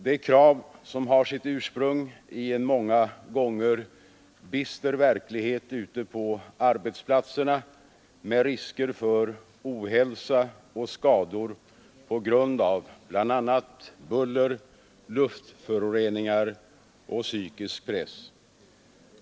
Det är krav som har sitt ursprung i en många gånger bister verklighet ute på arbetsplatserna med risker för ohälsa och skador på grund av bl.a. buller, luftföroreningar och psykisk press.